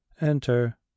enter